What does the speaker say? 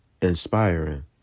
inspiring